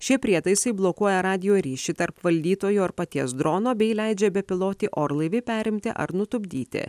šie prietaisai blokuoja radijo ryšį tarp valdytojo ar paties drono bei leidžia bepilotį orlaivį perimti ar nutupdyti